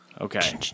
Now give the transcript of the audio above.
Okay